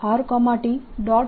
તેથી હું B rtt